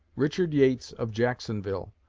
richard yates of jacksonville,